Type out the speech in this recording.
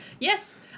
yes